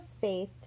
faith